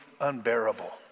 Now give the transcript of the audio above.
unbearable